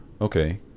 Okay